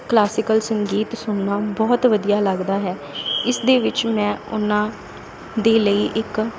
classical ਸੰਗੀਤ ਸੁਣਨਾ ਬਹੁਤ ਵਧੀਆ ਲੱਗਦਾ ਹੈ ਇਸ ਦੇ ਵਿੱਚ ਮੈਂ ਉਹਨਾਂ ਦੇ ਲਈ ਇੱਕ